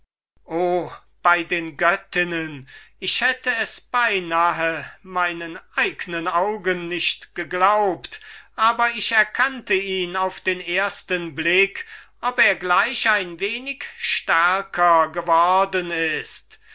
bei den göttinnen ich hätte es bei nahe meinen eignen augen nicht geglaubt aber ich erkannte ihn auf den ersten blick ob er gleich ein wenig stärker worden ist